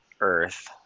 Earth